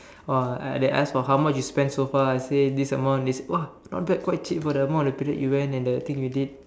!wah! I they ask for how much you spend so far I say this amount they say !wah! not bad quite cheap for the amount of period you went and the thing you did